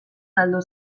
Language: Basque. galdu